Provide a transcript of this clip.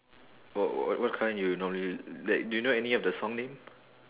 wh~ what what kind do you normally like do you know any of the song name